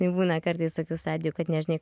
tai būna kartais tokių santykių kad nežinai